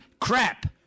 crap